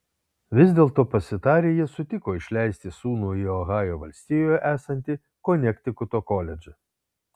vis dėlto pasitarę jie sutiko išleisti sūnų į ohajo valstijoje esantį konektikuto koledžą